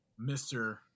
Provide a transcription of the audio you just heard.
Mr